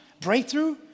breakthrough